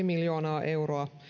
miljoonaa euroa